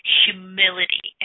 humility